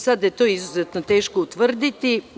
Sada je to izuzetno teško utvrditi.